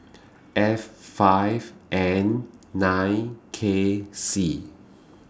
F five N nine K C